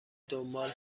دنبال